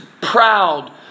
Proud